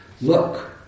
Look